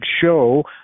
show